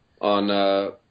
on, –